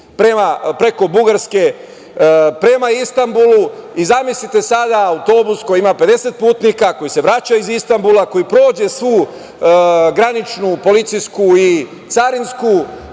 preko Bugarske prema Istanbulu. Zamislite sada autobus koji ima 50 putnika, koji se vraća iz Istanbula, koji prođe svu graničnu policijsku i carinsku